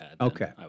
Okay